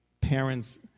parents